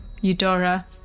Eudora